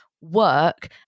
work